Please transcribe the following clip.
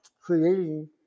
creating